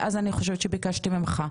אז אני חושבת שביקשתי ממך,